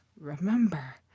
remember